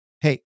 hey